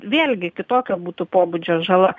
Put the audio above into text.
vėlgi kitokio būtų pobūdžio žala